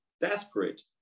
desperate